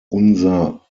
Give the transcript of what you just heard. unser